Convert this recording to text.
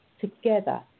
together